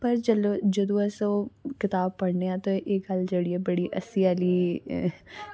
पर जेल्लै जदूं अस कताब पढ़ने आं ते एह् गल्ल जेह्ड़ी ऐ बड़ी हसीं आह्ली